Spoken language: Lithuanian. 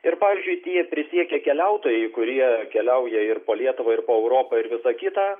ir pavyzdžiui tie prisiekę keliautojai kurie keliauja ir po lietuvą ir po europą ir visa kita